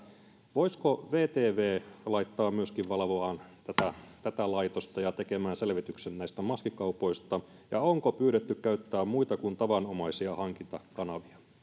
että voitaisiinko vtv laittaa myöskin valvomaan tätä laitosta ja tekemään selvityksen näistä maskikaupoista ja onko pyydetty käyttämään muita kuin tavanomaisia hankintakanavia